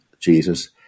Jesus